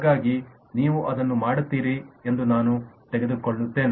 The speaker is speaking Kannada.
ಹಾಗಾಗಿ ನೀವು ಅದನ್ನು ಮಾಡುತ್ತೀರಿ ಎಂದು ನಾನು ತೆಗೆದುಕೊಳ್ಳುತ್ತೇನೆ